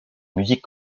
musique